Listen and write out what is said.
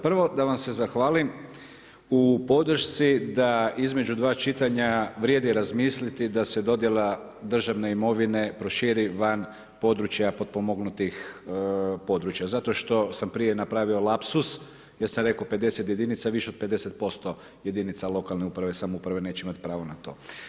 Prvo, da vam se zahvalim u podršci da između dva čitanja vrijedi razmisliti da se dodjela državne imovine proširi van područja potpomognutih područja, zato što sam prije napravio lapsus jer sam rekao 50 jedinica, više od 50% jedinica lokalne uprave i samouprave neće imati pravo na to.